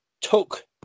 took